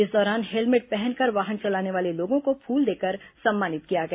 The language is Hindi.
इस दौरान हेलमेट पहनकर वाहन चलाने वाले लोगों को फूल देकर सम्मानित किया गया